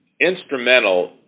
instrumental